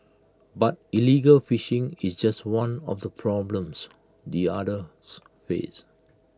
but illegal fishing is just one of the problems the otters face